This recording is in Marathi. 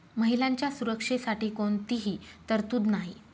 महिलांच्या सुरक्षेसाठी कोणतीही तरतूद नाही